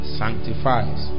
sanctifies